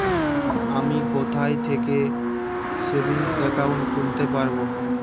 আমি কোথায় থেকে সেভিংস একাউন্ট খুলতে পারবো?